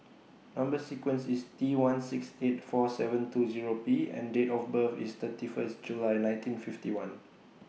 Number sequence IS T one six eight four seven two Zero P and Date of birth IS thirty First of July nineteen fifty one